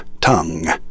tongue